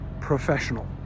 professional